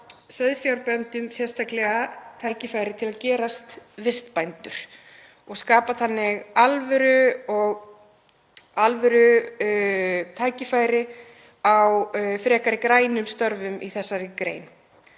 sauðfjárbændum sérstaklega tækifæri til að gerast vistbændur og skapa þannig alvörutækifæri á frekari grænum störfum í þessari grein.